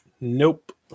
Nope